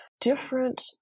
different